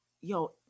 yo